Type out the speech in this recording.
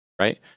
Right